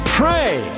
pray